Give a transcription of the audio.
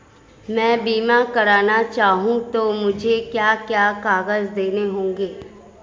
मैं बीमा करना चाहूं तो मुझे क्या क्या कागज़ देने होंगे?